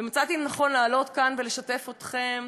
ומצאתי לנכון להעלות כאן ולשתף אתכם,